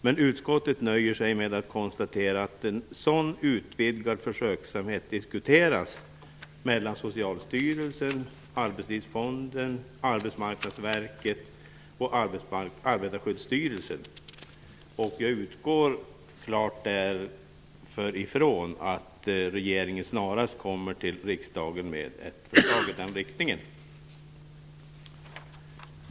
Men utskottet nöjer sig med att konstatera att en sådan utvidgad försöksverksamhet diskuteras mellan Socialstyrelsen, Arbetslivsfonden, Arbetarskyddsstyrelsen. Jag utgår därför från att regeringen snarast kommer till riksdagen med ett förslag i den riktningen.